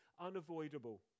unavoidable